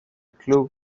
club